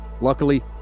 Luckily